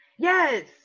yes